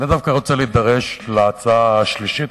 אני דווקא רוצה להידרש להצעה השלישית,